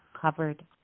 covered